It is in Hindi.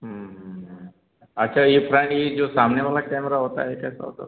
अच्छा यह फ्रंट की जो सामने वाला कैमरा होता है यह कैसा होता है उस